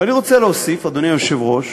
ואני רוצה להוסיף, אדוני היושב-ראש,